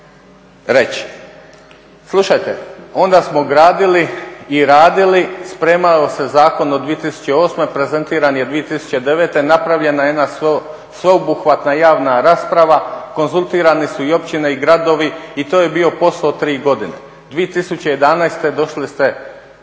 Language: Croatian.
reći. Slušajte, onda smo gradili i radili, spremao se zakon od 2008., prezentiran je 2009. Napravljena je sveobuhvatna javna rasprava. Konzultirani su i općine i gradovi i to je bio posao od tri godine. 2011. došli ste